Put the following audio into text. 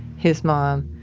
his mom,